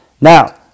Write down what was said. Now